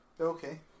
Okay